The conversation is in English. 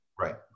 Right